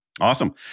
Awesome